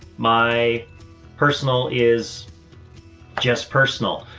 my personal is just personal.